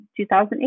2008